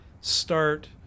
start